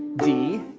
d,